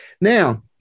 Now